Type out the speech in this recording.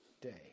day